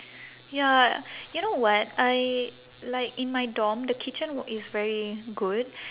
ya you know what I like in my dorm the kitchen is very good